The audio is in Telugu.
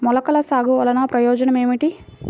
మొలకల సాగు వలన ప్రయోజనం ఏమిటీ?